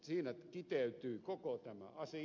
siinä kiteytyy koko tämä asia